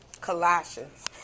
Colossians